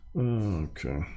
Okay